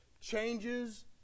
changes